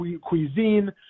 cuisine